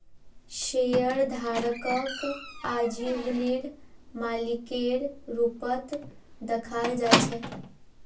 शेयरधारकक आजीवनेर मालिकेर रूपत दखाल जा छेक